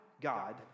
God